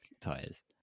tires